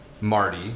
marty